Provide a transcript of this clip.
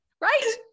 right